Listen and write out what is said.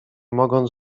mogąc